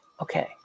Okay